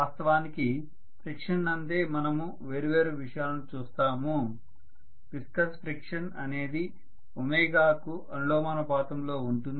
వాస్తవానికి ఫ్రిక్షన్ నందే మనం వేర్వేరు విషయాలను చూస్తాము విస్కస్ ఫ్రిక్షన్ అనేది ఒమేగాω కు అనులోమానుపాతం లో ఉంటుంది